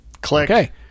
Click